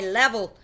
level